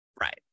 right